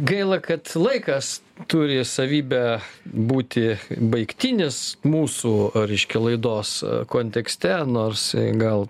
gaila kad laikas turi savybę būti baigtinis mūsų reiškia laidos kontekste nors gal